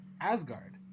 Asgard